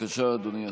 בבקשה, אדוני השר.